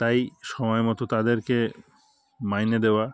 তাই সময়মতো তাদেরকে মাইনে দেওয়া